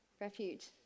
Refuge